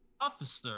officer